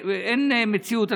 אין מציאות.